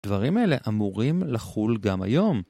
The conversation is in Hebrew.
‫דברים אלה אמורים לחול גם היום.